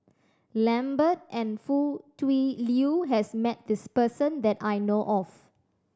Lambert and Foo Tui Liew has met this person that I know of